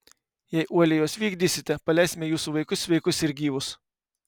jei uoliai juos vykdysite paleisime jūsų vaikus sveikus ir gyvus